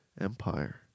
empire